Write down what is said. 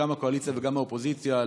גם הקואליציה וגם האופוזיציה,